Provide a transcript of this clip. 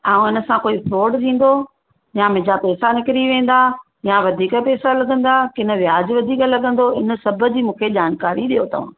अ उनसां कोई फ्रॉड थींदो या मुंहिंजा पैसा निकिरी वेंदा या वधीक पैसा लगंदा की न व्याज वधीक लगंदो इन सभु जी मूंखे जानकरी ॾियो तव्हां